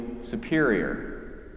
superior